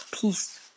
peace